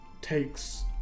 takes